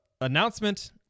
announcement